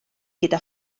gyda